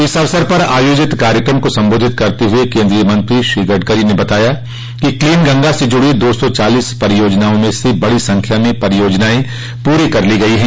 इस अवसर पर आयोजित कार्यक्रम को संबोधित करते हुए केन्द्रीय मंत्री श्री गडकरी ने बताया कि क्लीन गंगा से जुड़ी दो सौ चालीस परियोजनाओं में से बड़ी संख्या में परियोजनायें पूरी कर ली गई है